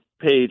page